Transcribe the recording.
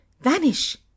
Vanish